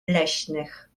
leśnych